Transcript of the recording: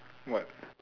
what